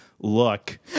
look